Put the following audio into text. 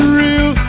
real